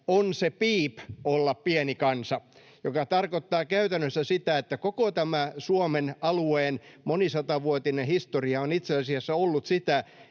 ”on se piip olla pieni kansa”, joka tarkoittaa käytännössä sitä, että koko tämän Suomen alueen monisatavuotinen historia on itse asiassa ollut sitä,